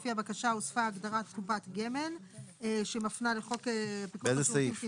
לפי הבקשה הוספה הגדרת קופת גמל שמפנה לחוק פיקוח על שירותים פיננסיים.